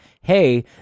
Hey